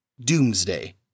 Doomsday